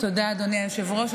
תודה, אדוני היושב-ראש.